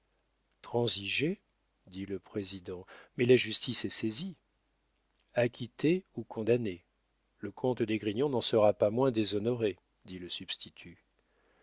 transiger dit le président mais la justice est saisie acquitté ou condamné le comte d'esgrignon n'en sera pas moins déshonoré dit le substitut